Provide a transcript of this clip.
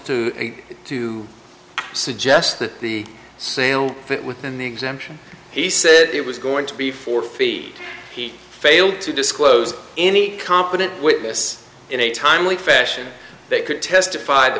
to suggest that the sale fit within the exemption he said it was going to be for feed he failed to disclose any competent witness in a timely fashion that could testified the